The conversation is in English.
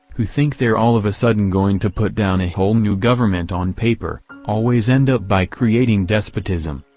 who think they're all of a sudden going to put down a whole new government on paper, always end up by creating despotism,